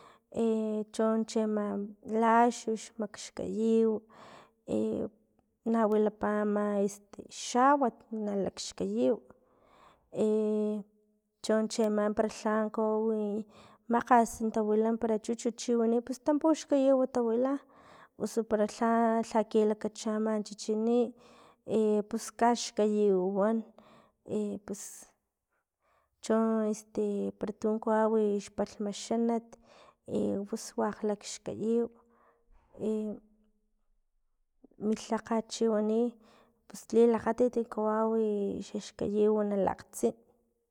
E con chiama laxux makxkayiw i nawilapa ama este xawat na laxkayiw e choncheama para lhan kawawi makgas tawila para chuchut para chi wani pus tampuxkayiwi tawila usu para lha lha kilakachaama chichini e pus kax xkawiwi wan e pus cho este para tu kawaw xpalhma xanat e pus wakg lakxkayiw i mi lhakgat chi wani pus lilakgatit kawawi i xaxkayiw na lakgtsin.